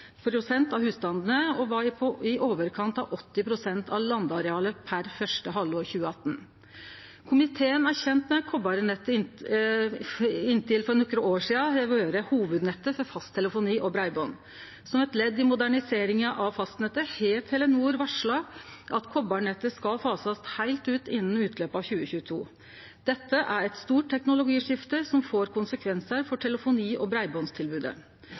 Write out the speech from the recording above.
av husstandane og var på i overkant av 80 pst. av landarealet per første halvår 2018. Komiteen er kjend med at koparnettet inntil for nokre år sidan har vore hovudnettet for fasttelefoni og breiband. Som eit ledd i moderniseringa av fastnettet har Telenor varsla at koparnettet skal fasast heilt ut innan utløpet av 2022. Dette er eit stort teknologiskifte, som får konsekvensar for telefoni- og breibandstilbodet.